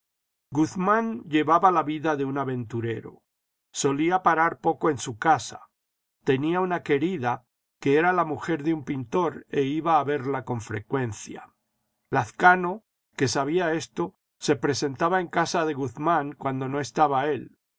guzmán llevaba la vida de un aventurero solía parar poco en su casa tenía una querida que era ia mujer de un pintor e iba a verla con frecuencia lazcano que sabía esto se presentaba en casa de guzmán cuando no estaba él